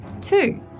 Two